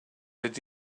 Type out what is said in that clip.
that